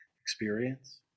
experience